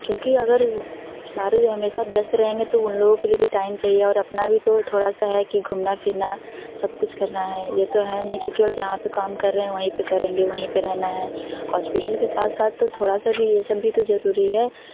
क्योंकि अगर सारे हमेशा व्यस्त रहेंगे तो उन लोगो के लिए भी टाइम चाहिए और अपना भी तो थोड़ा सा है कि घूमना फिरना सब कुछ करना है यह तो है नहीं कि जहाँ पर काम कर रहे हैं वहीं पर काम करेंगे वही पर रहना है हॉस्पिटल के साथ साथ तो थोड़ा सा यह सब भी तो जरूरी है